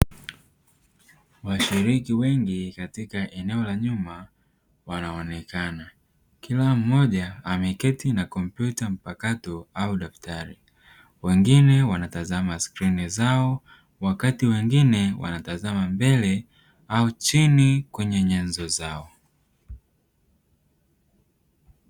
Washiriki wengi katika eneo la nyuma wanaonekana. Kila mmoja ameketi na kompyuta mpakato au daftari, wengine wanatazama skrini zao huku wengine wanatazama mbele au wanatazama chini kwenye nyenzo zao.